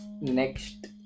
Next